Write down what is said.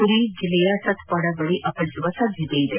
ಪುರಿ ಜಿಲ್ಲೆಯ ಸತಪಾಡ ಬಳಿ ಅಪ್ಪಳಿಸುವ ಸಾಧ್ಯತೆ ಇದೆ